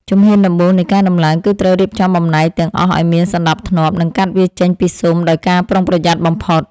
ជំហានដំបូងនៃការដំឡើងគឺត្រូវរៀបចំបំណែកទាំងអស់ឱ្យមានសណ្ដាប់ធ្នាប់ និងកាត់វាចេញពីស៊ុមដោយការប្រុងប្រយ័ត្នបំផុត។